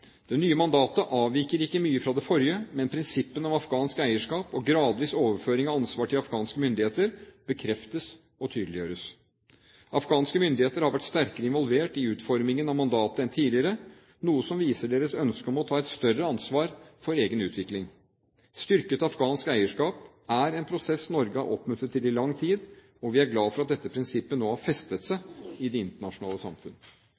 Det nye mandatet avviker ikke mye fra det forrige, men prinsippene om afghansk eierskap og gradvis overføring av ansvar til afghanske myndigheter bekreftes og tydeliggjøres. Afghanske myndigheter har vært sterkere involvert i utformingen av mandatet enn tidligere, noe som viser deres ønske om å ta et større ansvar for egen utvikling. Styrket afghansk eierskap er en prosess Norge har oppmuntret til i lang tid, og vi er glad for at dette prinsippet nå har festet seg i det internasjonale samfunn.